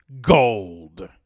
Gold